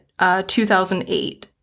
2008